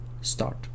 start